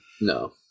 No